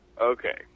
Okay